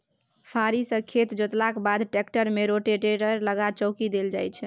फारी सँ खेत जोतलाक बाद टेक्टर मे रोटेटर लगा चौकी देल जाइ छै